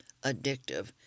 addictive